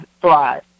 thrive